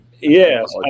Yes